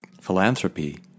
philanthropy